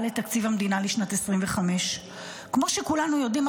לתקציב המדינה לשנת 2025. כמו שכולנו יודעים,